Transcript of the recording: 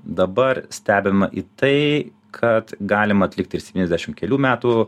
dabar stebim į tai kad galima atlikti ir septyniasdešim kelių metų